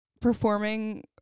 performing